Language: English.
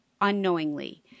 unknowingly